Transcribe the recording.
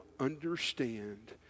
understand